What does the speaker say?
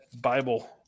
Bible